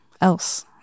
else